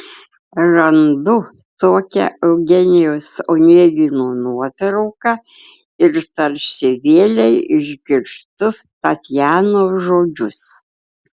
randu tokią eugenijaus onegino nuotrauką ir tarsi vėlei išgirstu tatjanos žodžius